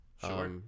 Sure